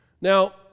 Now